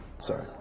Sorry